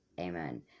Amen